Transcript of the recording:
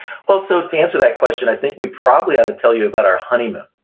well so to answer that question, i think we probably ought to tell you about our honeymoon,